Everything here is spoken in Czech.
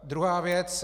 Druhá věc.